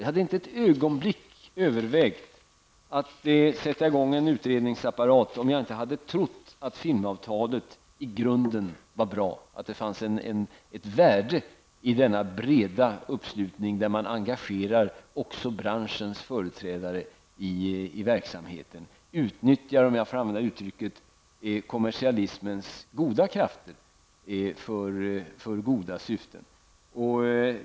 Jag hade inte ett ögonblick övervägt att sätta i gång en utredningsapparat om jag inte hade trott att filmavtalet i grunden var bra och att det fanns ett värde i denna breda uppslutning där man engagerar också branschens företrädare i verksamheten och utnyttjar, om jag får använda uttrycket, kommersialismens goda krafter för goda syften.